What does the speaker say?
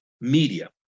media